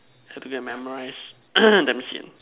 have to go and memorize damn Sian